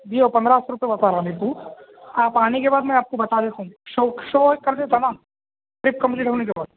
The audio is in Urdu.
جی وہ پندرہ سو بتا رہا میرے کو آپ آنے کے بعد میں آپ کو بتا دیتا ہوں سو سو ایک کر دیتا نا ٹرپ کمپلیٹ ہونے کے بعد